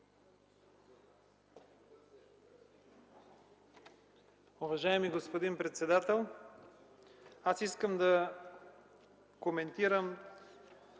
Уважаеми господин председател, искам да коментирам